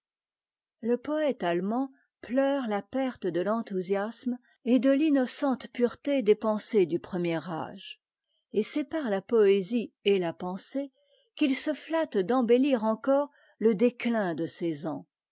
le poëte attemand pleure la perte de l'enthousiasme et de t'innocente pureté des pensées du premier âge et c'est par ta poésie et la pensée qu'il se flatte d'embèttir encore le déclin de ses ans